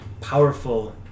powerful